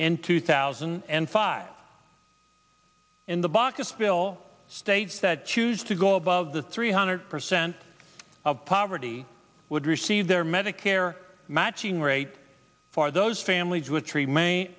in two thousand and five and the baucus bill states that choose to go above the three hundred percent of poverty would receive their medicare matching rate for those families with three ma